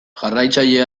jarraitzaile